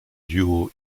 duo